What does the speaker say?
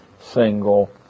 single